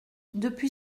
depuis